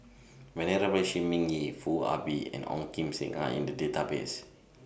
Venerable Shi Ming Yi Foo Ah Bee and Ong Kim Seng Are in The Database